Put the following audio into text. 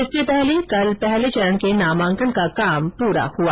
इससे पहले कल पहले चरण के नामांकन का काम पूरा हुआ